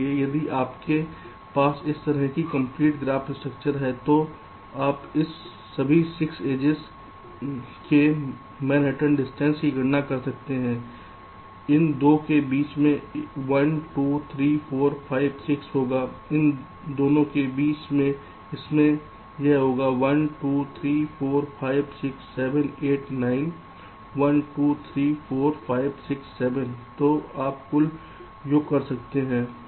इसलिए यदि आपके पास इस तरह की कंपलीट ग्राफ स्ट्रक्चर है तो आप इन सभी 6 एड्जेस के मानहट्टन दूरी की गणना कर सकते हैं इन 2 के बीच यह 1 2 3 4 5 6 होगा इन दोनों के बीच इसमें यह होगा 1 2 3 4 5 6 7 8 9 1 2 3 4 5 6 7 तो आप कुल योग कर सकते हैं